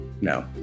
no